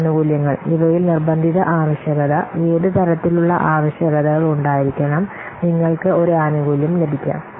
ഈ ആനുകൂല്യങ്ങൾ ഇവയിൽ നിർബന്ധിത ആവശ്യകത ഏത് തരത്തിലുള്ള ആവശ്യകതകൾ ഉണ്ടായിരിക്കണം നിങ്ങൾക്ക് ഒരു ആനുകൂല്യം ലഭിക്കാം